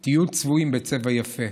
לפחות תהיו צבועים בצבע יפה.